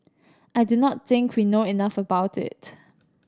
I do not think we know enough about it